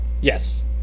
Yes